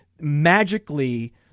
magically